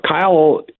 Kyle